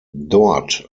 dort